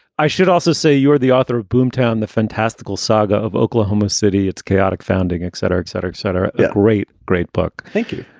i should also say you're the author of boomtown the fantastical saga of oklahoma city, its chaotic founding, et cetera, et cetera, et cetera. great, great book. thank you.